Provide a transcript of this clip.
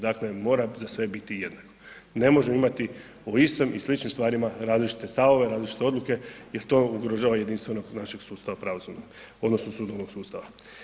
Dakle, mora za sve biti jednako, ne može imati o istom i sličnim stvarima različite stavove, različite odluke jer to ugrožava jedinstvenost našeg sustava pravosudnog odnosno sudbenog sustava.